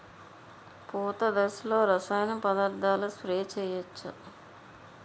పూత దశలో రసాయన పదార్థాలు స్ప్రే చేయచ్చ?